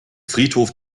friedhof